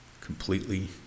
completely